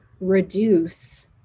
reduce